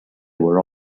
were